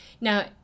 Now